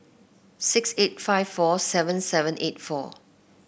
six eight five four seven seven eight four